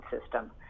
system